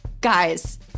guys